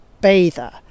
bather